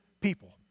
people